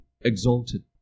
exalted